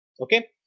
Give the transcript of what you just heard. okay